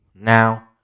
now